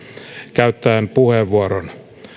käyttäen puheenvuoron